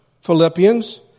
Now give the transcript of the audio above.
Philippians